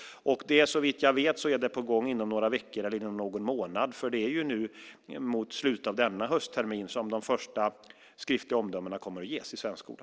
Så vitt jag vet är det på gång inom några veckor eller någon månad, för det är nu mot slutet av denna hösttermin som de första skriftliga omdömena kommer att ges i svensk skola.